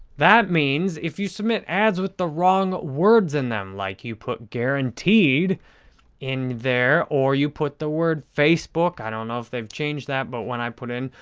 that means if you submit ads with the wrong words in them, like you put guaranteed in there or you put the word facebook. i don't know if they've changed that but when i put in.